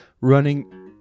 running